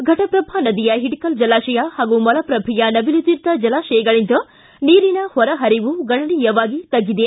ಘಟಪ್ರಭಾ ನದಿಯ ಹಿಡಕಲ್ ಜಲಾಶಯ ಹಾಗೂ ಮಲಪ್ರಭೆಯ ನವಿಲುತೀರ್ಥ ಜಲಾಶಯಗಳಿಂದ ನೀರಿನ ಹೊರ ಹರಿವು ಗಣನೀಯವಾಗಿ ತಗ್ಗಿದೆ